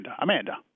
Amanda